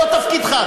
לא תפקידך.